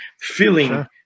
feeling